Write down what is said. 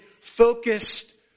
focused